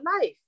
life